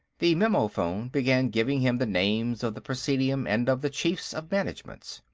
the memophone began giving him the names of the presidium and of the chiefs of managements.